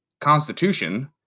constitution